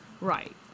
Right